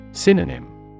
Synonym